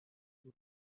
بود